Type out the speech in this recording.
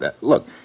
Look